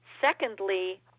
secondly